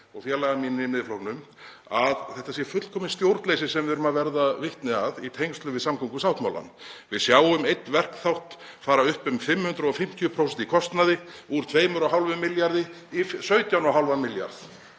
og félagar mínir í Miðflokknum, að þetta sé fullkomið stjórnleysi sem við erum að verða vitni að í tengslum við samgöngusáttmálann. Við sjáum einn verkþátt fara upp um 550% í kostnaði, úr 2,5 milljörðum í 17,5 milljarða,